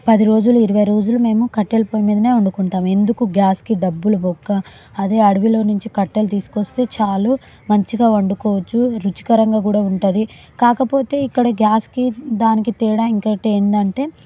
పది రోజులు ఇరవై రోజులు మేము కట్టెల పొయ్యి మీదనే వండుకుంటాం ఎందుకు గ్యాస్కి డబ్బులు బొక్క అదే అడవిలో నుంచి కట్టెలు తీసుకొస్తే చాలు మంచిగా వండుకోవచ్చు రుచికరంగా కూడా ఉంటుంది కాకపోతే ఇక్కడ గ్యాస్కి దానికి తేడా ఇంకోటి ఏందంటే